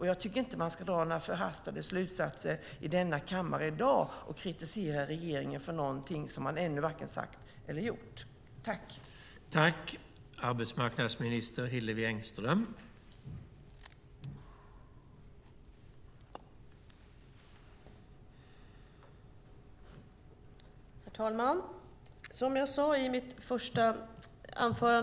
Jag tycker inte att man ska dra några förhastade slutsatser i denna kammare i dag och kritisera regeringen för någonting som den ännu varken sagt eller gjort.